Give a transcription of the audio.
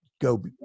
go